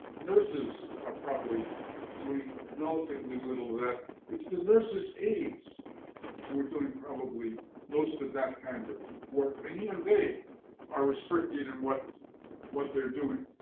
nurses are probably doing relatively little of that. it's the nurses' aides who are doing probably most of that kind of work. and even they are restricted in what what they're doing.